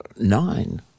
Nine